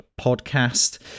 podcast